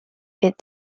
bit